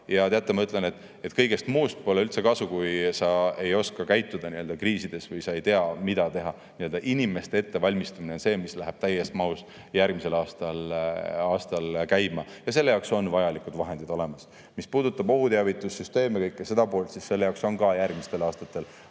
ja teate, ma ütlen, et kõigest muust pole üldse kasu, kui sa ei oska käituda kriisides, kui sa ei tea, mida siis teha. Inimeste ettevalmistamine on see, mis läheb järgmisel aastal täies mahus käima, ja selle jaoks on vajalikud vahendid olemas. Mis puudutab ohuteavitussüsteeme ja kogu seda poolt, siis selle jaoks on järgmistel aastatel